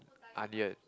onion